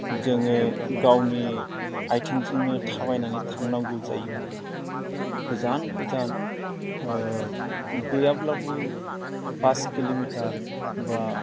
जोङो गावनि आथिंजोंनो थाबायनानै थांनांगौ जायोमोन गोजान गोजान गैयाब्लाबो पास किल'मिटार बा